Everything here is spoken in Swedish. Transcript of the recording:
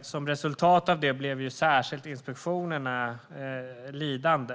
Som resultat av det blev särskilt inspektionerna lidande.